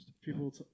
people